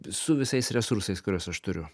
su visais resursais kuriuos aš turiu